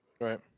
Right